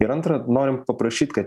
ir antra norim paprašyt kad